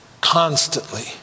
constantly